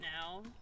now